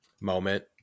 moment